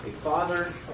Father